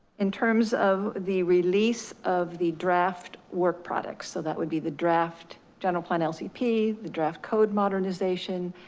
in terms of the release of the draft work products. so that would be the draft general plan lcp, the draft code modernization,